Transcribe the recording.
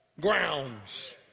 grounds